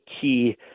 key